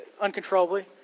uncontrollably